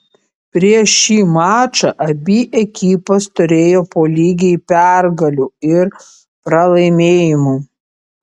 prieš šį mačą abi ekipos turėjo po lygiai pergalių ir pralaimėjimų